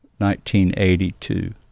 1982